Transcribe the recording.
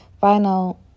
final